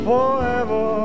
Forever